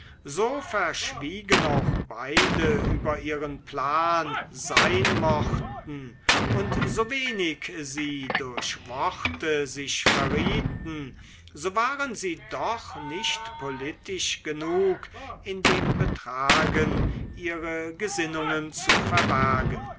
so verschwiegen auch beide über ihren plan sein mochten und so wenig sie durch worte sich verrieten so waren sie doch nicht politisch genug in dem betragen ihre gesinnungen zu verbergen